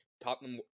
Tottenham